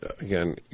again